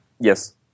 Yes